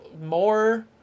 more